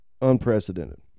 unprecedented